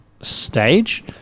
stage